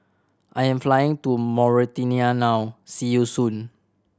I'm flying to Mauritania now see you soon